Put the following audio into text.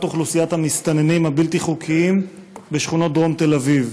אוכלוסיית המסתננים הבלתי-חוקיים בשכונות דרום תל-אביב.